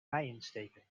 bijensteken